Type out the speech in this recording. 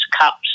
cups